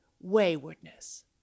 waywardness